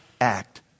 act